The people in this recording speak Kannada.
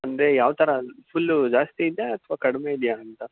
ಅಂದರೆ ಯಾವ ಥರ ಫುಲ್ಲು ಜಾಸ್ತಿ ಇದೆಯಾ ಅಥ್ವಾ ಕಡಿಮೆ ಇದೆಯಾ ಅಂತ